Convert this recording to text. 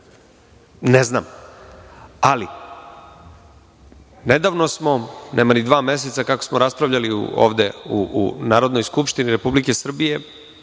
Ne znam. Nedavno smo, nema ni dva meseca kako smo raspravljali ovde u Narodnoj skupštini Republike Srbije,